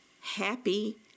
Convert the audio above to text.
happy